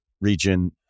region